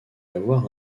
avoir